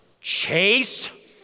Chase